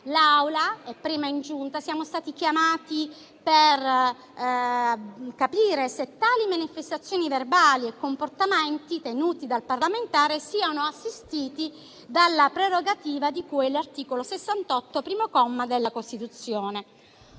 Aula siamo quindi stati chiamati a capire se tali manifestazioni verbali e comportamenti tenute dalla parlamentare siano assistite dalla prerogativa di cui all'articolo 68, primo comma, della Costituzione.